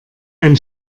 ein